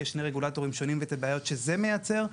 ואת הבעיות שזה מייצר,